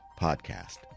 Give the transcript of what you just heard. podcast